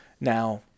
Now